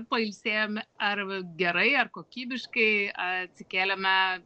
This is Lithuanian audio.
pailsėjome arv gerai ar kokybiškai atsikėlėme